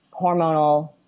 hormonal